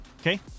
Okay